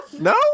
No